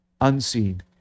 unseen